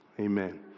Amen